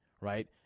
right